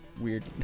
weird